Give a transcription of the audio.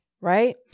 right